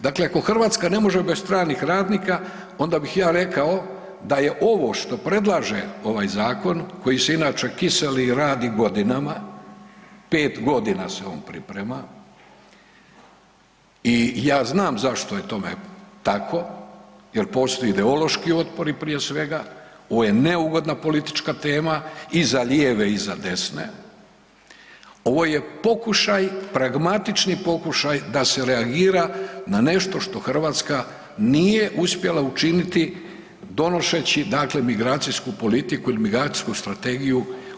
Dakle, ako Hrvatska ne može bez stranih radnika onda bih ja rekao da je ovo što predlaže ovaj zakon, koji se inače kiseli i radi godinama, pet godina se on priprema i ja znam zašto je tome tako jer postoji ideološki otpor prije svega, ovo je neugodna politička tema i za lijeve i za desne, ovo je pokušaj pragmatični pokušaj da se reagira na nešto što Hrvatska nije uspjela učiniti donoseći migracijsku politiku ili migracijsku strategiju.